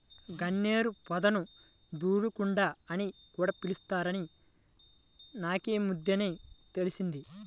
గన్నేరు పొదను దూలగుండా అని కూడా పిలుత్తారని నాకీమద్దెనే తెలిసింది